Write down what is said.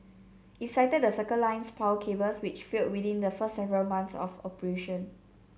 it cited the Circle Line's power cables which failed within the first several months of operation